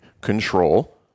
control